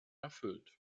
erfüllt